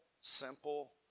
simple